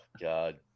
God